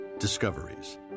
Discoveries